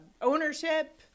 ownership